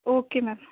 okay ma'am